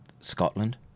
Scotland